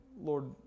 Lord